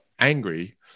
angry